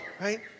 right